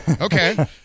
okay